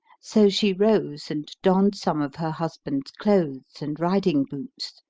so she rose and donned some of her husband's clothes and riding boots,